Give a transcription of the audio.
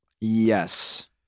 Yes